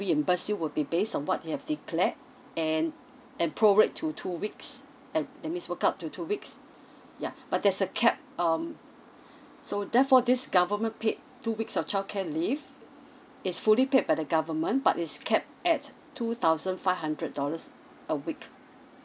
reimburse you will be based on what you have declared and and prorate to two weeks and that means work out to two weeks ya but there's a cap um so therefore this government paid two weeks of childcare leave it's fully paid by the government but it's capped at two thousand five hundred dollars a week